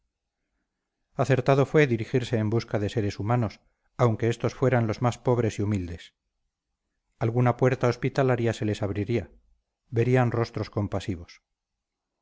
valerosos acertado fue dirigirse en busca de seres humanos aunque estos fueran los más pobres y humildes alguna puerta hospitalaria se les abriría verían rostros compasivos